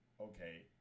okay